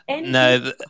No